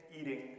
eating